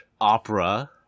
Opera